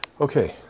Okay